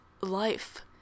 life